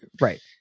Right